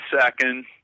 second